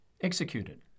executed